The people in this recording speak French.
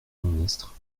ministre